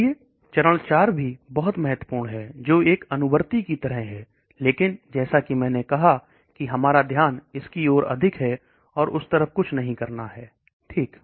इसलिए बहुत महत्वपूर्ण है जो एक अनुवर्ती की तरह है लेकिन जैसा कि मैंने कहा कि हमारा ध्यान इसकी और अधिक है और उस तरफ कुछ नहीं करना है ठीक